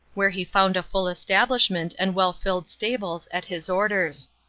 where he found a full establishment and well-filled stables at his orders.